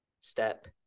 step